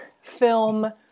film